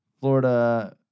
Florida